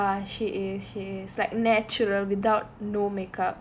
ya she is she is like natural without no makeup